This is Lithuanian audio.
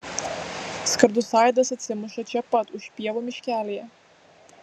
skardus aidas atsimuša čia pat už pievų miškelyje